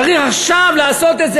צריך עכשיו לעשות את זה,